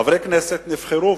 חברי כנסת נבחרו,